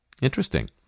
Interesting